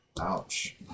Ouch